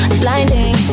blinding